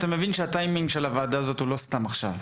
אתה מבין שהטיימינג של הוועדה זאת הוא לא סתם עכשיו.